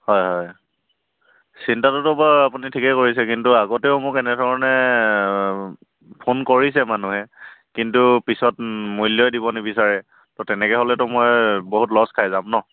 হয় হয় চিন্তাটোতো বাৰু আপুনি ঠিকেই কৰিছে কিন্তু আগতেও মোক এনেধৰণে ফোন কৰিছে মানুহে কিন্তু পিছত মূল্যই দিব নিবিচাৰে তো তেনেকৈ হ'লেতো মই বহুত লচ খাই যাম ন'